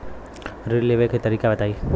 ऋण लेवे के तरीका बताई?